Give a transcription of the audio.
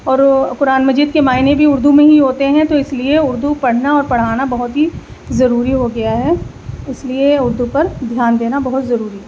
اور قرآن مجید کے معنیٰ بھی اردو میں ہی ہوتے ہیں تو اس لیے اردو پڑھنا اور پڑھانا بہت ہی ضروری ہوگیا ہے اس لیے اردو پر دھیان دینا بہت ضروری ہے